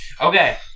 Okay